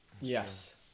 Yes